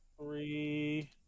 Three